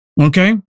okay